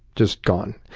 just gone.